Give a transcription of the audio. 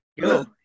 go